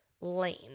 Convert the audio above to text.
lane